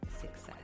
success